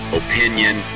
opinion